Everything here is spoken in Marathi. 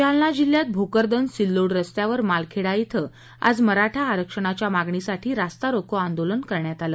जालना जिल्ह्यात भोकरदन सिल्लोड रस्त्यावर मालखेडा इथं आज मराठा आरक्षणाच्या मागणीसाठी रास्तारोको आंदोलन करण्यात आलं